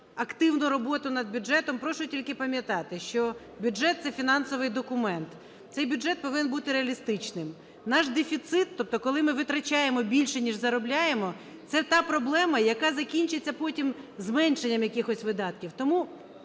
активну роботу над бюджетом. Прошу тільки пам'ятати, що бюджет – це фінансовий документ. Цей бюджет повинен бути реалістичним. Наш дефіцит, тобто коли ми витрачаємо більше ніж заробляємо, – це та проблема, яка закінчиться потім зменшенням якихось видатків.